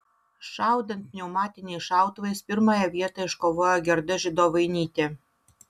šaudant pneumatiniais šautuvais pirmąją vietą iškovojo gerda židovainytė